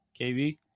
KV